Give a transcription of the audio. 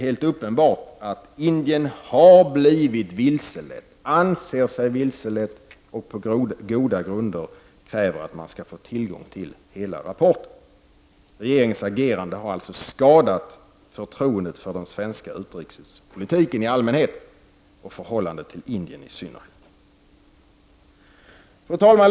Det är uppenbart att Indien har blivit vilselett, anser sig vilselett och på goda grunder kräver att få tillgång till hela rapporten. Regeringens agerande har alltså skadat förtroendet för den svenska utrikespolitiken i allmänhet och i förhållande till Indien i synnerhet. Fru talman!